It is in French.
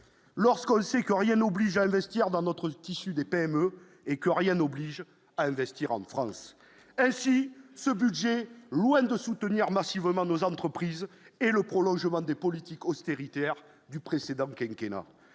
lorsqu'on sait que rien n'oblige à investir dans notre tissu des PME et que rien n'oblige à investir en France LCI ce budget loin de soutenir massivement nos entreprises et le prolongement des politique austérité du précédent quinquennat